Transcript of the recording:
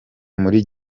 muri